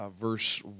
verse